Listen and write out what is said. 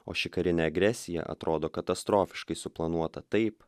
o ši karinė agresija atrodo katastrofiškai suplanuota taip